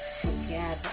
together